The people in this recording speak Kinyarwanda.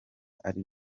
ari